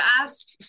ask